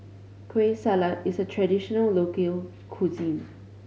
Kueh Salat is a traditional local cuisine